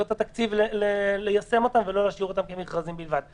את התקציב ליישם אותם ולא להשאיר אותם כמכרזים בלבד.